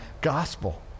gospel